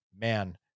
man